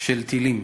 של טילים.